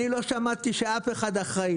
אני לא שמעתי שאף אחד אחראי,